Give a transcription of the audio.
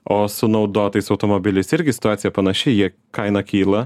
o su naudotais automobiliais irgi situacija panaši jie kaina kyla